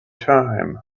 time